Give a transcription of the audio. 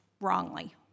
wrongly